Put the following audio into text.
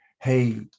hey